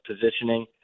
positioning